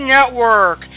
Network